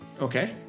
Okay